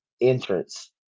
entrance